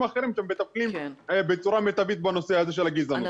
אחרים שמטפלים בצורה מיטבית בנושא הזה של הגזענות.